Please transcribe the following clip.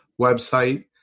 website